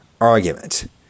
argument